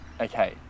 Okay